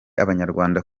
abanyarwanda